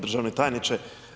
Državni tajniče.